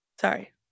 Sorry